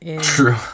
True